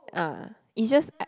ah it's just